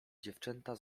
dziewczęta